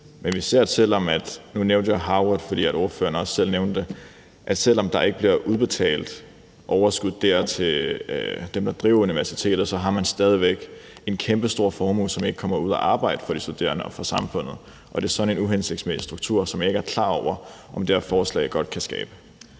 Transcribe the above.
nævnte det, men selv om der ikke bliver udbetalt overskud til dem, der driver universitetet, så har man stadig væk en kæmpestor formue, som ikke kommer ud at arbejde for de studerende og for samfundet. Og det er sådan en uhensigtsmæssig struktur, som jeg ikke er klar over om det her forslag godt kan skabe.